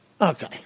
Okay